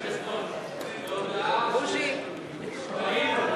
הגירעון ולשינוי נטל המס (תיקוני חקיקה)